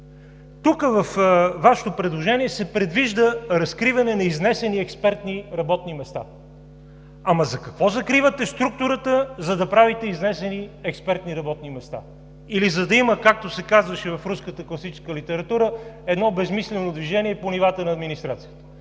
Тук във Вашето предложение се предвижда разкриване на изнесени експертни работни места. Ама за какво закривате структурата, за да правите изнесени експертни работни места?! Или за да има, както се казваше в руската класическа литература, едно безсмислено движение по нивата на администрацията,